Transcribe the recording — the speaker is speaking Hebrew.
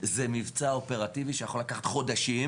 זה מבצע אופרטיבי שיכול לקחת חודשים,